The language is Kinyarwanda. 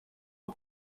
rwa